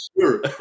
sure